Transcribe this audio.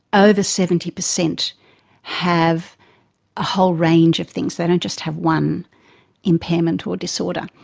ah over seventy percent have a whole range of things, they don't just have one impairment or disorder,